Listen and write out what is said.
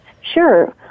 Sure